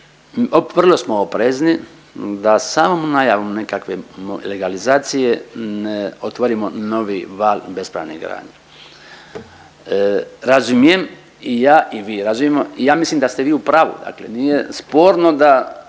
Vrlo smo oprezni da samom najavom nekakve legalizacije ne otvorimo novi val bespravne gradnje. Razumijem i ja i vi razumijemo i ja mislim da ste vi u pravu, dakle nije sporno da